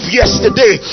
yesterday